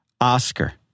Oscar